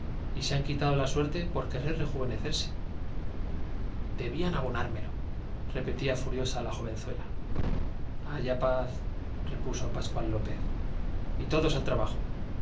y se han la quitado suerte por querer rejuvenecerse debían abonármelo furiosa la repetía joven zuela haya paz repuso pascual lópez y todos al trabajo